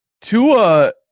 Tua